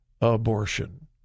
abortion